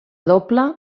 doble